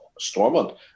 Stormont